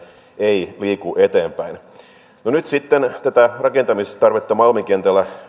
ei liiku eteenpäin no nyt sitten tätä rakentamistarvetta malmin kentällä